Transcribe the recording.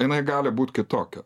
jinai gali būt kitokia